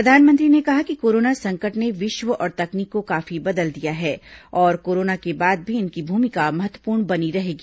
प्रधानमंत्री ने कहा कि कोरोना संकट ने विश्व और तकनीक को काफी बदल दिया है और कोरोना के बाद भी इनकी भूमिका महत्वपूर्ण बनी रहेगी